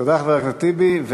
תודה, חבר הכנסת טיבי.